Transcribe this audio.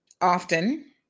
often